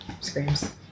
Screams